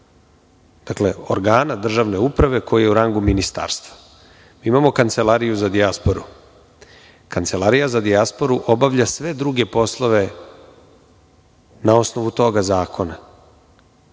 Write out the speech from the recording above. Dakle, organa državne uprave koji je u rangu Ministarstva. Mi imamo Kancelariju za dijasporu. Kancelarija za dijasporu obavlja sve druge poslove na osnovu toga zakona,